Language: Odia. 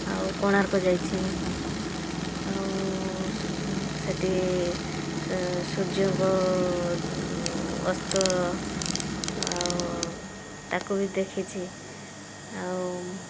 ଆଉ କୋଣାର୍କ ଯାଇଛି ଆଉ ସ ସେଠି ସ ସୂର୍ଯ୍ୟଙ୍କ ଅସ୍ତ ଆଉ ତାକୁ ବି ଦେଖିଛି ଆଉ